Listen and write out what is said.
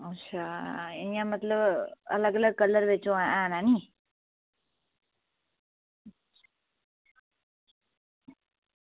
अच्छा इंया मतलब अलग अलग कलर बिच हैन न ऐनी